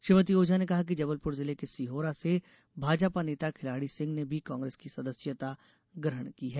श्रीमती ओझा ने कहा कि जबलपुर जिले के सिहोरा से भाजपा नेता खिलाड़ी सिंह ने भी कांग्रेस की सदस्यता ग्रहण की है